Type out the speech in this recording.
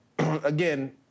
Again